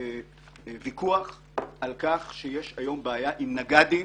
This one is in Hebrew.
וויכוח על כך שיש בעיה עם נגדים